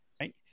right